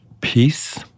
Peace